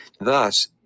Thus